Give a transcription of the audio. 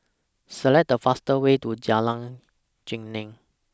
Select The fastest Way to Jalan Geneng